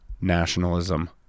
nationalism